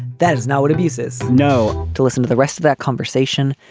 that is not what abuses. no to listen to the rest of that conversation.